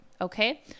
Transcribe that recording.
Okay